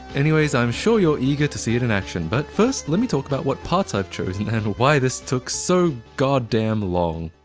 anyways i'm sure you're eager to see it in action, but first let me talk about what parts i've chosen and why this took so god damn long.